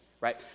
right